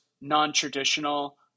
non-traditional